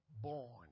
born